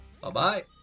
Bye-bye